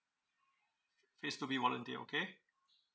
phase two B volunteer okay